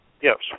Yes